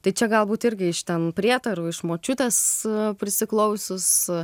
tai čia galbūt irgi iš ten prietarų iš močiutės prisiklausius